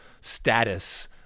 status